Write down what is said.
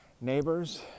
neighbors